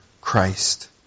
Christ